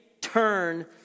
turn